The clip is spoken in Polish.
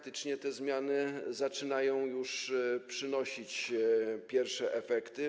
Te zmiany zaczynają już przynosić pierwsze efekty.